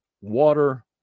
water